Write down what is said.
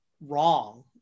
wrong